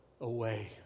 away